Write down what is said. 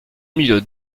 mille